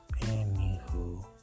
Anywho